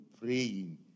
praying